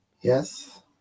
Yes